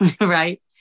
Right